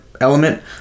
element